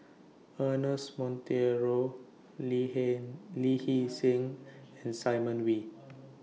Ernest Monteiro Lee Heen Hee Seng and Simon Wee